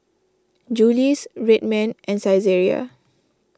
Julie's Red Man and Saizeriya